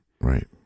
right